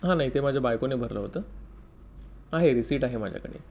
हा नाही ते माझ्या बायकोने भरलं होतं आहे रिसीट आहे माझ्याकडे